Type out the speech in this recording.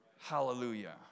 Hallelujah